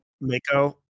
Mako